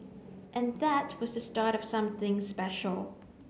and that was the start of something special